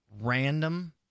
random